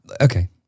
Okay